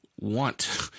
want